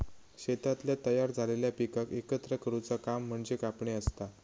शेतातल्या तयार झालेल्या पिकाक एकत्र करुचा काम म्हणजे कापणी असता